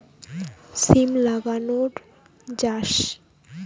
সিম লাগানোর মাস?